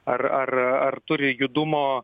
ar ar ar turi judumo